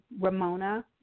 Ramona